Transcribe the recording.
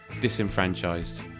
disenfranchised